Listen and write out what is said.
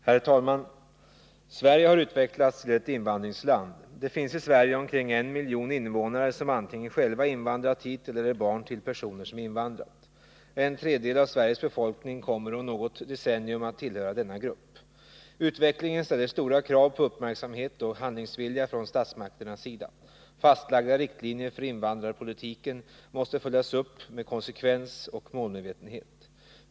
Herr talman! Sverige har utvecklats till ett invandringsland. Det finns i Sverige omkring 1 miljon invånare som antingen själva invandrat hit eller är barn till personer som invandrat. En tredjedel av Sveriges befolkning kommer om något decennium att tillhöra denna grupp. Utvecklingen ställer stora krav på uppmärksamhet och handlingsvilja från statsmakternas sida. Fastlagda riktlinjer för invandrarpoltiken måste följas upp med konsekvens och målmedvetenhet.